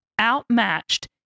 Outmatched